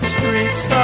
Streets